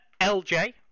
LJ